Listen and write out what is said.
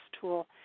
tool